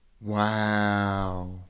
Wow